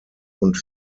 und